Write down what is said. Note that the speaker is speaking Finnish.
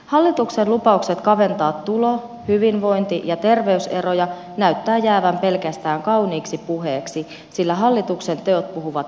hallituksen lupaukset kaventaa tulo hyvinvointi ja terveyseroja näyttävät jäävän pelkästään kauniiksi puheeksi sillä hallituksen teot puhuvat ihan toista